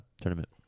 Tournament